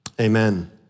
Amen